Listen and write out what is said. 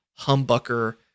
humbucker